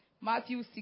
Matthew